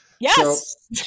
Yes